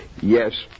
Yes